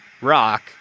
rock